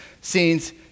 scenes